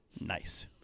Nice